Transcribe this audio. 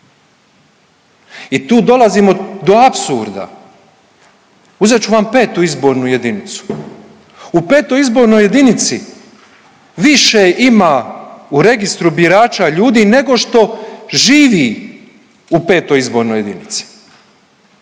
I tu dolazimo do apsurda, uzet ću vam 5. izbornu jedinicu, u 5. izbornoj jedinici više ima u registru birača ljudi nego što živi u 5. izbornoj jedinici,